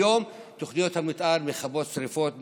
היום תוכניות המתאר מכבות שרפות,